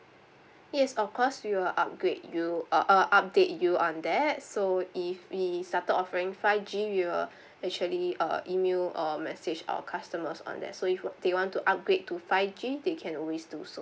yes of course we will upgrade you uh uh update you on that so if we started offering five G we'll actually uh email or message our customers on that so if they want to upgrade to five G they can always do so